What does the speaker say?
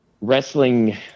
wrestling